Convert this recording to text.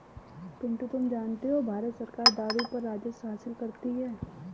पिंटू तुम जानते हो भारत सरकार दारू पर राजस्व हासिल करती है